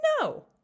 no